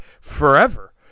forever